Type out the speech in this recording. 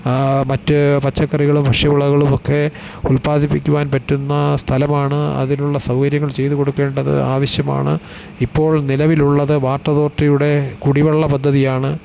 മറ്റ് പച്ചക്കറികളും ഭക്ഷ്യവിളകളുമൊക്കെ ഉൽപാദിപ്പിക്കുവാൻ പറ്റുന്ന സ്ഥലമാണ് അതിനുള്ള സൗകര്യങ്ങൾ ചെയ്തു കൊടുക്കേണ്ടത് ആവശ്യമാണ് ഇപ്പോൾ നിലവിലുള്ളത് വാട്ടർ അതോറിറ്റിയുടെ കുടിവെള്ള പദ്ധതിയാണ്